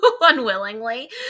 unwillingly